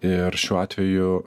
ir šiuo atveju